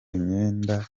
imyenda